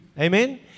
Amen